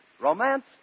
romance